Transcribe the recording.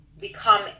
become